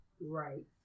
Right